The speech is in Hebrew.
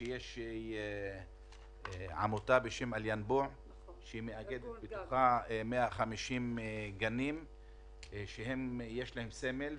יש עמותה בשם אל-ימבור שמאגדת בתוכה 150 גנים עם סמל.